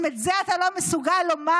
אם את זה אתה לא מסוגל לומר,